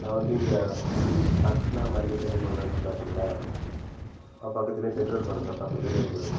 நான் வந்து இங்கே அர்ச்சனா மல்லி கடைன்னு ஒன்று இருக்கு பார்த்திங்ளா அது பக்கத்திலியே பெட்ரோல் பங்க் அது பக்கத்திலியே இருக்குது